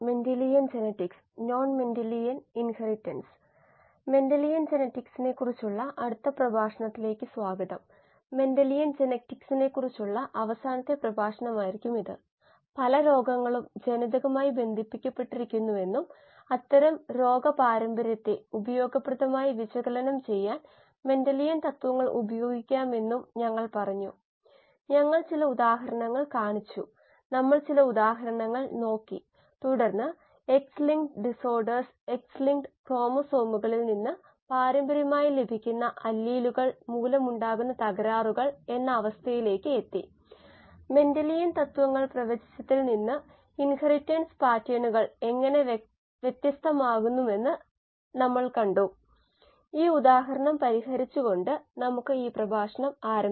ബയോറിയാക്ടറുകളെക്കുറിച്ചുള്ള NPTEL online certification course 19 ലേക്ക് സ്വാഗതം